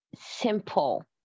simple